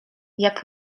jak